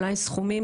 אולי סכומים,